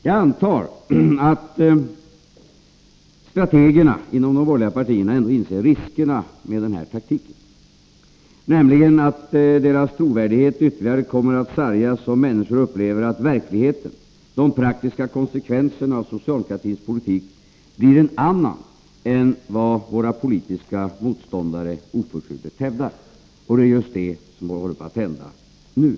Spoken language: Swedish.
Jag antar att de borgerliga partistrategerna inser riskerna med denna taktik, nämligen att deras trovärdighet ytterligare kommer att sargas om människor upplever att verkligheten, de praktiska konsekvenserna av socialdemokratins politik, blir en annan än vad våra politiska motståndare oförtrutet hävdar. Detta är just vad som håller på att hända nu.